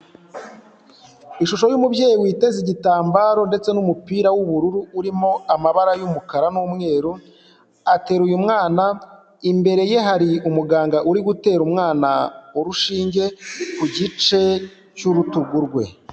Ishusho y'umubyeyi witeze igitambaro ndetse n'umupira w'ubururu, urimo amabara y'umukara n'umweru, ateruye umwana, imbere ye hari umuganga uri gutera umwana urushinge, ku gice cy'urutugu rwe.